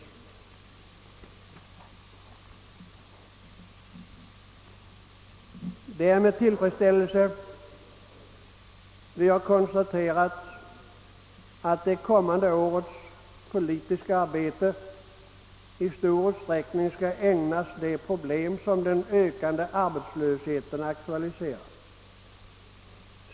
Det är med tillfredsställelse vi har konstaterat att det kommande årets politiska arbete i stor utsträckning skall ägnas de problem som den ökande arbeslösheten aktualiserar.